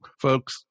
folks